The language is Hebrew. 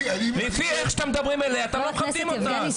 לפי איך שאתם מדברים אליה, אתם לא מכבדים אותה.